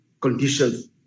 conditions